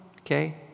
Okay